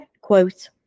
quote